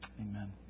Amen